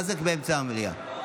מה זה, באמצע המליאה?